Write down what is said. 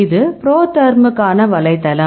இது புரோதெர்முக்கான வலைத்தளம்